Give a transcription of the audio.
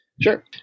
Sure